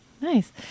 nice